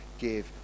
give